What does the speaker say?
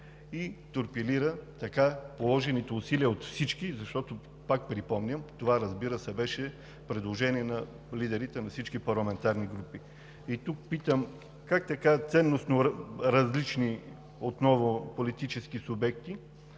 и торпилира положените усилия от всички. Пак припомням: това беше предложение на лидерите на всички парламентарни групи. И тук питам: как така ценностно различни политически субекти